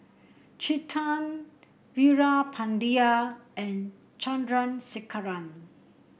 Chetan Veerapandiya and Chandrasekaran